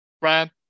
Brad